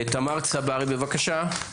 תמר צברי, בבקשה.